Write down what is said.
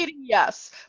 yes